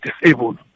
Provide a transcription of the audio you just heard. disabled